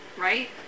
Right